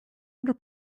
under